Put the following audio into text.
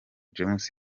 james